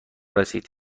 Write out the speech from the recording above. رسید